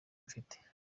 mfite